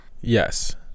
Yes